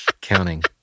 counting